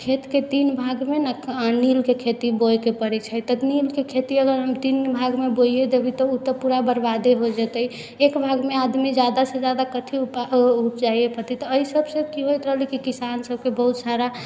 खेतके तीन भागमे ने नीलके खेती बोइके पड़ै छै तऽ नीलके खेती अगर हम तीन भागमे बोइए देबै तऽ ओ तऽ पूरा बर्बादे हो जेतै एक भागमे आदमी ज्यादासँ ज्यादा कथी उपजै पओते तऽ एहिसबसँ की होइत रहलै किसान सबके बहुत सारा